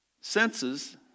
Senses